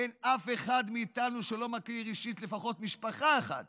אין אף אחד מאיתנו שלא מכיר אישית לפחות משפחה אחת